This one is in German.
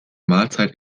mahlzeit